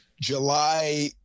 July